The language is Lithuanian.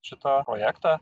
šitą projektą